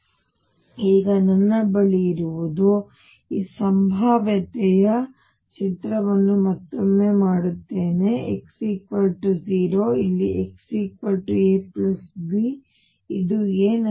ಹಾಗಾಗಿ ಈಗ ನನ್ನ ಬಳಿ ಇರುವುದು ಈ ಸಂಭಾವ್ಯತೆಯ ಚಿತ್ರವನ್ನು ಮತ್ತೊಮ್ಮೆ ಮಾಡುತ್ತೇನೆ x 0 ಇಲ್ಲಿ x a b ಇದು a